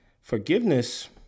forgiveness